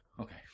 Okay